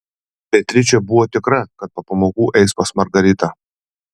beatričė buvo tikra kad po pamokų eis pas margaritą